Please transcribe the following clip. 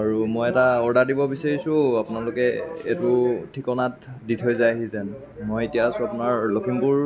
আৰু মই এটা অৰ্ডাৰ দিব বিচাৰিছোঁ আপোনালোকে এইটো ঠিকনাত দি থৈ যায়হি যেন মই এতিয়া আছোঁ আপোনাৰ লখিমপুৰ